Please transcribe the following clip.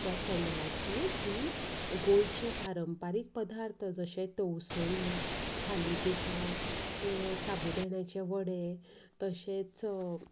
त्या चॅनलाचेर ती गोंयचे पारंपारीक पदार्थ जशे तवसळी थाली पिठां साबुदाण्याचे वडे तशेंच